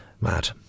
mad